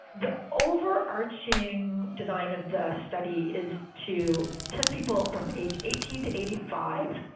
the overarching design of the study is to test people from age eighteen to eighty five.